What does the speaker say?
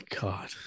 god